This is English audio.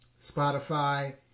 Spotify